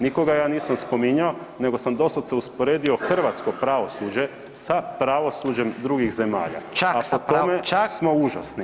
Nikoga ja nisam spominjao nego sam doslovce usporedio hrvatsko pravosuđe sa pravosuđem drugih zemalja, a po tome smo užasni.